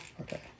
Okay